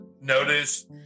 notice